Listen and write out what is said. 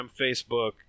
Facebook